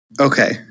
Okay